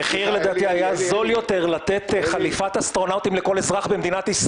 המחיר היותר זול היה לתת חליפת אסטרונאוטים לכל אזרח במדינה.